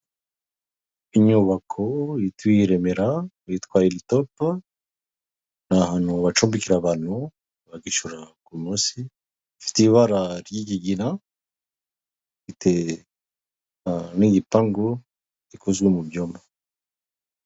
Inyubako ituye i Remera, yitwa Hilitopu, ni ahantu bacumbikira abantu, babishyura ku munsi, ifite ibara ry'ikigina, iteye n'igipangu gikozwe mu byuma.